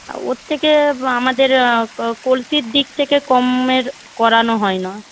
ওর থেকে আমাদের কলসির দিক থেকে কমের করানো হয় না